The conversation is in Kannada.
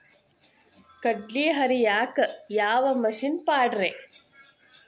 ಕಡ್ಲಿ ಹರಿಯಾಕ ಯಾವ ಮಿಷನ್ ಪಾಡ್ರೇ?